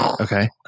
Okay